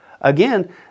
Again